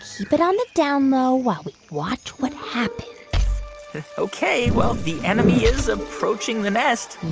keep it on the down-low while we watch what happens ok. well, the enemy is approaching the nest